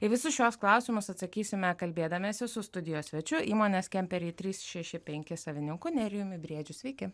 į visus šiuos klausimus atsakysime kalbėdamiesi su studijos svečiu įmonės kemperiai trys šeši penki savininku nerijumi briedžiu sveiki